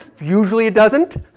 ah usually it doesn't